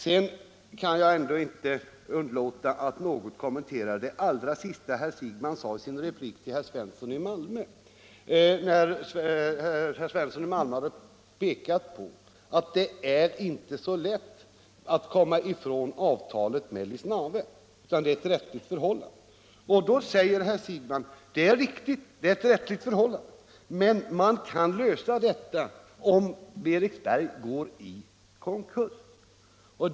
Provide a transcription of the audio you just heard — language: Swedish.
Jag kan heller inte underlåta att något kommentera det allra sista herr Siegbahn sade i sin replik till herr Svensson i Malmö, när herr Svensson hade pekat på att det inte är så lätt att komma ifrån avtalet med Lisnave, eftersom det där föreligger ett rättsligt förhållande. Då sade herr Siegbahn: Det är riktigt att det är ett rättsligt förhållande, men man kan lösas från detta, om Eriksberg går i konkurs.